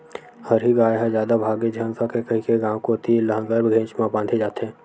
हरही गाय ह जादा भागे झन सकय कहिके गाँव कोती लांहगर घेंच म बांधे जाथे